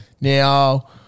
Now